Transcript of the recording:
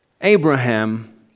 Abraham